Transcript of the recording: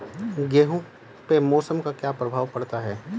गेहूँ पे मौसम का क्या प्रभाव पड़ता है?